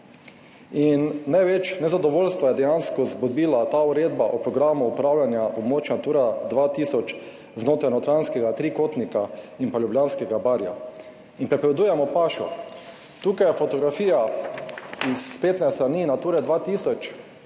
In največ nezadovoljstvo je dejansko zbudila ta uredba o programu upravljanja območja Natura 2000 znotraj notranjskega trikotnika in pa Ljubljanskega barja in pripovedujemo pašo. Tukaj je fotografija iz spletne strani Nature 2000,